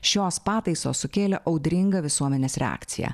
šios pataisos sukėlė audringą visuomenės reakciją